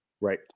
right